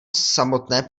samotné